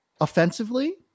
offensively